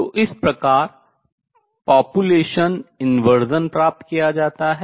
तो इस प्रकार population inversion जनसंख्या व्युत्क्रमण प्राप्त किया जाता है